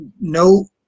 no